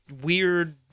weird